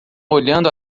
olhando